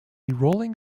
rolling